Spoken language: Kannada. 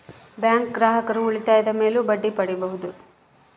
ಬ್ಯಾಂಕ್ ಗ್ರಾಹಕರು ಉಳಿತಾಯದ ಮೇಲೂ ಬಡ್ಡಿ ಪಡೀಬಹುದು